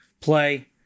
play